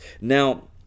Now